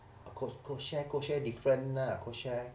code code share code share different lah code share